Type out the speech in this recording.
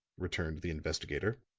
returned the investigator.